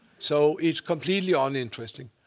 so it's completely uninteresting.